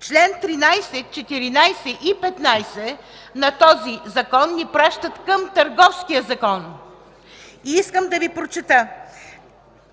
Членове 13, 14 и 15 на този Закон ни пращат към Търговския закон. Искам да Ви прочета